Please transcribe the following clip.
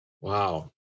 wow